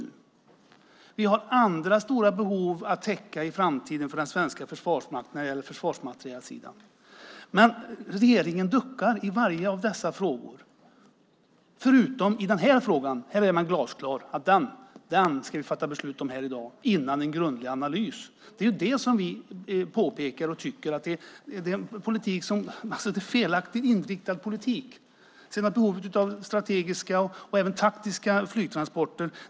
Den svenska Försvarsmakten har andra stora behov som behöver täckas i framtiden vad gäller försvarsmaterielsidan. I samtliga frågor duckar regeringen, utom just när det gäller den här frågan. Där är man glasklar. Den ska vi fatta beslut om i dag, innan en grundlig analys gjorts. Det är det vi påpekar, och vi tycker att det är en felaktigt inriktad politik. Sedan finns behovet av strategiska och även taktiska flygtransporter.